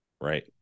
Right